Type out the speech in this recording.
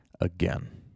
again